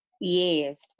Yes